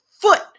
foot